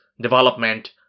development